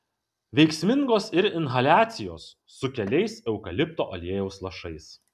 veiksmingos ir inhaliacijos su keliais eukalipto aliejaus lašais